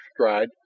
stride